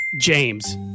James